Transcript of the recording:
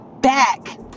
back